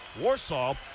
Warsaw